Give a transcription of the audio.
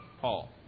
Paul